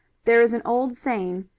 there is an old saying,